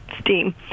steam